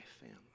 family